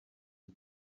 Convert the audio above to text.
and